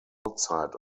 outside